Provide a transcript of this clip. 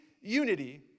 unity